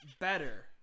better